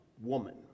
woman